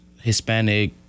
Hispanic